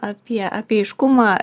apie apie aiškumą